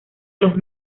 los